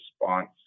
response